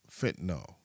fentanyl